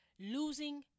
losing